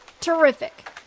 Terrific